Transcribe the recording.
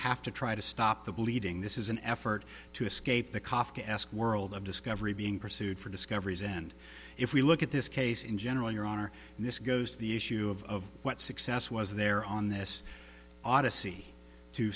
have to try to stop the bleeding this is an effort to escape the kafka esque world of discovery being pursued for discoveries and if we look at this case in general your honor this goes to the issue of what success was there on this odyssey to